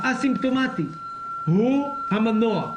הא-סימפטומטי הוא המנוע.